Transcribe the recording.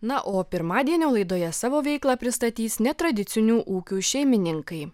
na o pirmadienio laidoje savo veiklą pristatys netradicinių ūkių šeimininkai